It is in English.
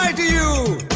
ah do you